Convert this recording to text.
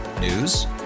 News